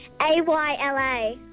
A-Y-L-A